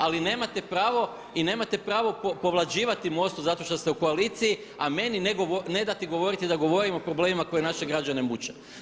Ali nemate pravo i nemate pravo povlađivati MOST-u zato što ste u koaliciji a meni ne dati govoriti da govorim o problemima koji naše građane muče.